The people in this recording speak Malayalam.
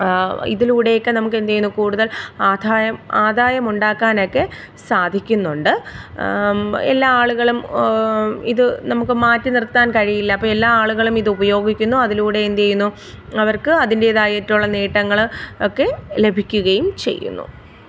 ഇതിലൂടെ ഒക്കെ നമുക്ക് എന്ത് ചെയ്യുന്നു കൂടുതൽ ആദായം ആദായം ഉണ്ടാക്കാനൊക്കെ സാധിക്കുന്നുണ്ട് എല്ലാ ആളുകളും ഇത് നമുക്ക് മാറ്റി നിർത്താൻ കഴിയില്ല അപ്പം എല്ലാ ആളുകളും ഇത് ഉപയോഗിക്കുന്നു അതിലൂടെ എന്ത് ചെയ്യുന്നു അവർക്ക് അതിൻറേതായിട്ടുള്ള നേട്ടങ്ങൾ ഒക്കെ ലഭിക്കുകയും ചെയ്യുന്നു